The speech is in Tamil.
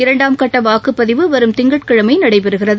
இரண்டாம் கட்டவாக்குப்பதிவு வரும் திங்கட்கிழமைநடைபெறுகிறது